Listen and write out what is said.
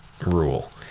rule